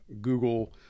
Google